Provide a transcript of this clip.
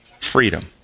freedom